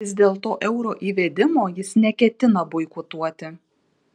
vis dėlto euro įvedimo jis neketina boikotuoti